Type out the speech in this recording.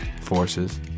forces